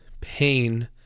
pain